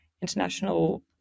International